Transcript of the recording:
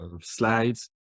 slides